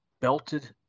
belted